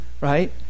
Right